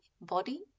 body